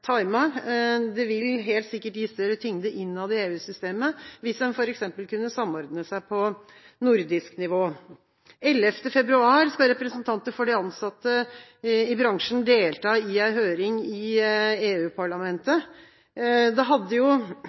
Det ville helt sikkert gi større tyngde innad i EU-systemet hvis en f.eks. kunne samordne seg på nordisk nivå. Den 11. februar skal representanter for de ansatte i bransjen delta i en høring i EU-parlamentet. Det hadde